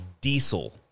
diesel